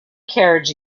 carriage